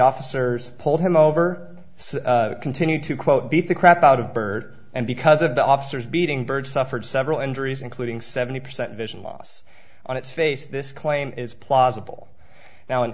officers pulled him over so i continued to quote beat the crap out of byrd and because of the officers beating byrd suffered several injuries including seventy percent vision loss on its face this claim is plausible now